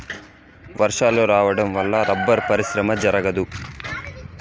వర్షాలు రావడం వల్ల రబ్బరు పరిశ్రమ జరగదు